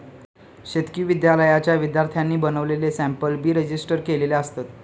शेतकी विद्यालयाच्या विद्यार्थ्यांनी बनवलेले सॅम्पल बी रजिस्टर केलेले असतत